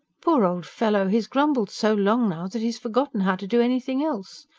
poor old fellow, he's grumbled so long now, that he's forgotten how to do anything else,